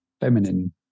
feminine